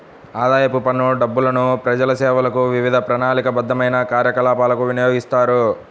ఆదాయపు పన్ను డబ్బులను ప్రజాసేవలకు, వివిధ ప్రణాళికాబద్ధమైన కార్యకలాపాలకు వినియోగిస్తారు